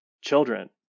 children